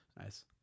Nice